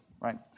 right